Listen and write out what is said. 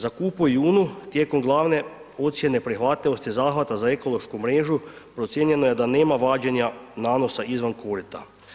Za Kupu i Unu tijekom glavne ocijene prihvatljivosti zahvata za ekološku mrežu procijenjeno je da nema vađenja nanosa izvan korita.